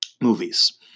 movies